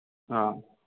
ꯑꯥ